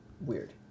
Weird